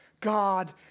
God